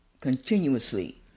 Continuously